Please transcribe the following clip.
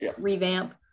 revamp